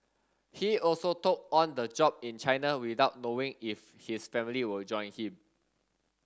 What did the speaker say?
he also took on the job in China without knowing if his family will join him